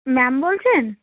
ma'am বলছেন